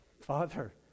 father